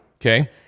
Okay